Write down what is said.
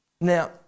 Now